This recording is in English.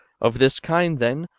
of this kind, then,